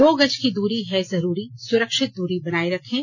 दो गज की दूरी है जरूरी सुरक्षित दूरी बनाए रखें